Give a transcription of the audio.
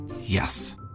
Yes